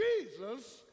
Jesus